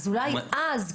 אז אולי אז,